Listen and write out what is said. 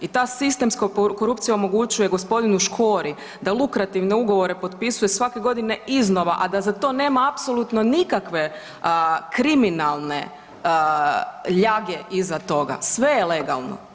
I ta sistemska korupcija omogućuje g. Škori da lukrativne ugovore potpisuje svake godine iznova, a da za to nema apsolutno nikakve kriminalne ljage iza toga, sve je legalno.